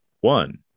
one